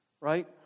right